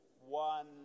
one